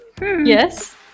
Yes